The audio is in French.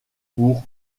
pour